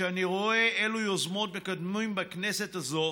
כשאני רואה אילו יוזמות מקדמים בכנסת הזאת